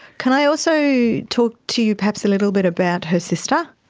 can i also talk to you perhaps a little bit about her sister?